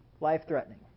life-threatening